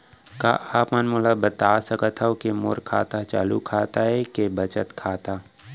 का आप मन मोला बता सकथव के मोर खाता ह चालू खाता ये के बचत खाता?